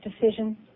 decision